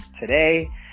today